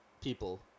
people